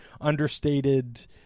understated